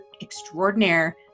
extraordinaire